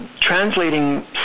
translating